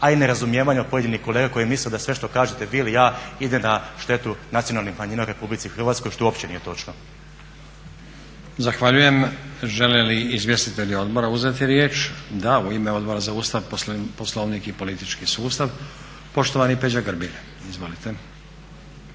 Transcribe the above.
a i nerazumijevanja pojedinih kolega koji misle da sve što kažete vi ili ja ide na štetu nacionalnih manjina u RH što uopće nije točno. **Stazić, Nenad (SDP)** Zahvaljujem. Žele li izvjestitelji odbora uzeti riječ? Da. U ime Odbora za Ustav, Poslovnik i politički sustav poštovani Peđa Grbin. Izvolite.